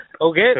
Okay